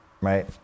right